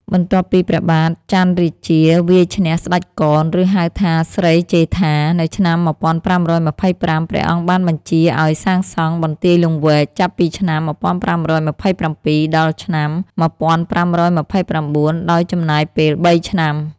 បន្ទាប់ពីព្រះបាទចន្ទរាជាវាយឈ្នះស្ដេចកន ឬ ហៅថាស្រីជេដ្ឋា នៅឆ្នាំ ១៥២៥ ព្រះអង្គបានបញ្ជាឱ្យសាងសង់ បន្ទាយលង្វែក ចាប់ពីឆ្នាំ ១៥២៧ ដល់ឆ្នាំ ១៥២៩ ដោយចំណាយពេល ៣ ឆ្នាំ។